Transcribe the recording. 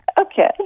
Okay